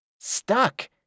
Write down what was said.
Stuck